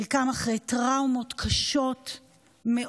חלקם אחרי טראומות קשות מאוד.